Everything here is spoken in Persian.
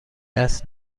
است